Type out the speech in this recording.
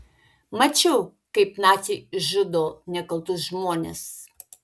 mačiau kaip naciai žudo nekaltus žmones